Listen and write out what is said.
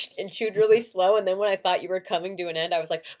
and chewed really slow and then when i thought you were coming to an end i was like